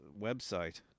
website